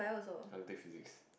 I don't take physics